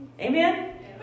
amen